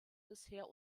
bisher